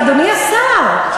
אדוני השר,